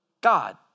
God